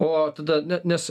o tada ne nes